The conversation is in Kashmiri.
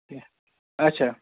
اچھا